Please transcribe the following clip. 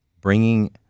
bringing